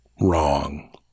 wrong